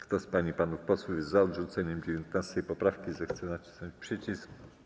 Kto z pań i panów posłów jest za odrzuceniem 19. poprawki, zechce nacisnąć przycisk.